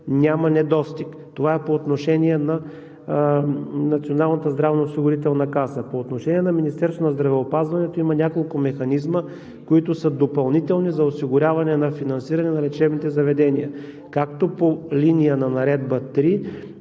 няма недостиг. Това е по отношение на Националната здравноосигурителна каса. По отношение на Министерството на здравеопазването има няколко механизма, които са допълнителни за осигуряване на финансиране на лечебните заведения както по линия на Наредба №